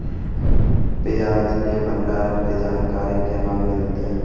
प्याज के भंडारण के जानकारी केना मिलतै?